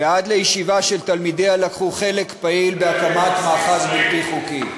ועד לישיבה שתלמידיה לקחו חלק פעיל בהקמת מאחז בלתי חוקי,